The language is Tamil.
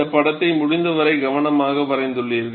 இந்த படத்தை முடிந்தவரை கவனமாக வரைந்துள்ளீர்கள்